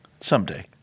Someday